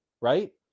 right